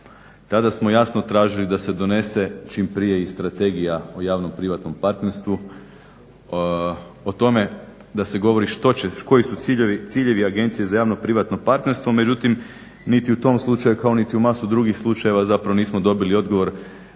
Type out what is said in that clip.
Tada smo jasno tražili da se donese čim prije i strategija o javno privatnom partnerstvu, o tome da se govori što će, koji su ciljevi Agencije za javno privatno partnerstvo. Međutim, niti u tom slučaju kao niti u masu drugih slučajeva zapravo nismo dobili odgovor